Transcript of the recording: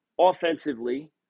offensively